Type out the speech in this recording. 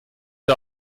der